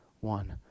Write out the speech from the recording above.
one